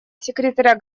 секретаря